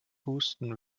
husten